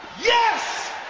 yes